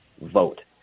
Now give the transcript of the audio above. vote